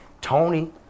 Tony